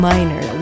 Minor